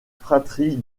fratrie